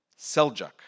Seljuk